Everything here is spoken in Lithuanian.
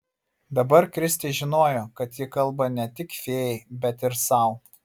dabar kristė žinojo kad ji kalba ne tik fėjai bet ir sau